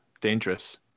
dangerous